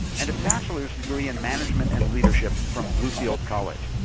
and a bachelor's degree in management and leadership from bluefield college.